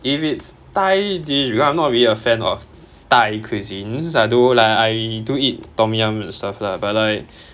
if it's thai dish cause I'm not really a fan of thai cuisines since I do lah I do eat tom yum stuff lah but like